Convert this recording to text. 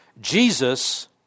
Jesus